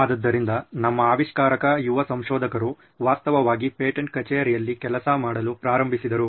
ಆದ್ದರಿಂದ ನಮ್ಮ ಆವಿಷ್ಕಾರಕ ಯುವ ಸಂಶೋಧಕರು ವಾಸ್ತವವಾಗಿ ಪೇಟೆಂಟ್ ಕಚೇರಿಯಲ್ಲಿ ಕೆಲಸ ಮಾಡಲು ಪ್ರಾರಂಭಿಸಿದರು